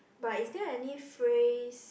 but is there any phrase